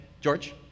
George